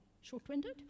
short-winded